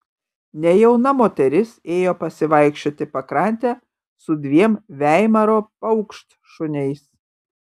nejauna moteris ėjo pasivaikščioti pakrante su dviem veimaro paukštšuniais